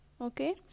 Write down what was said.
Okay